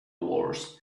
wars